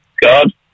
God